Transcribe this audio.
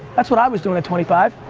that's what i was doing at twenty five.